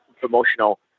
promotional